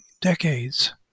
decades